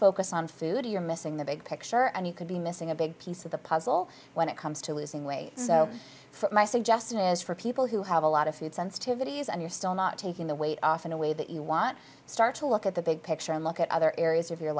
focus on food you're missing the big picture and you could be missing a big piece of the puzzle when it comes to losing weight so my suggestion is for people who have a lot of food sensitivities and you're still not taking the weight off in a way that you want to start to look at the big picture and look at other areas of your